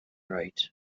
right